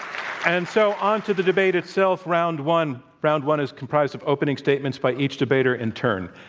and so, onto the debate itself. round one round one is comprised of opening statements by each debater in turn.